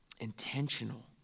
intentional